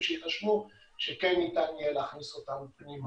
שיירשמו שכן ניתן יהיה להכניס אותם פנימה.